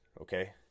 Okay